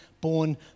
born